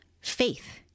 faith